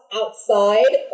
outside